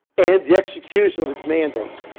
and the execution of its mandates.